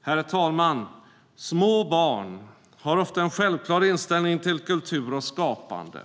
Herr talman! Små barn har ofta en självklar inställning till kultur och skapande.